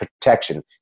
protection